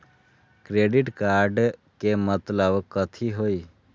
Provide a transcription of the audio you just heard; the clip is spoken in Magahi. क्रेडिट कार्ड के मतलब कथी होई?